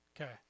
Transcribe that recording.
Okay